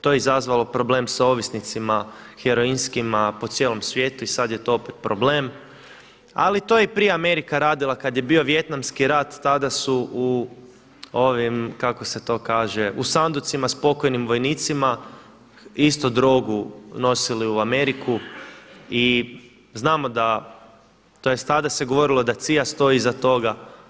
To je izazvalo problem sa ovisnicima heroinskima po cijelom svijetu i sada je to opet problem. ali to je i prije Amerika radila kada je bio Vijetnamski rat tada su u ovim kako se to kaže, u sanducima s pokojnim vojnicima isto drogu nosili u Ameriku i znamo da tj. tada se govorilo da CIA stoji iza toga.